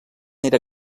era